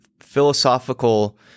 philosophical